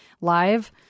live